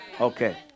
Okay